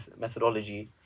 methodology